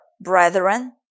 brethren